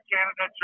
Canada